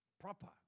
proper